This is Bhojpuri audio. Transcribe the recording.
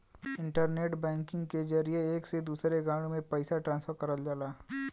इंटरनेट बैकिंग के जरिये एक से दूसरे अकांउट में पइसा ट्रांसफर करल जाला